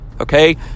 Okay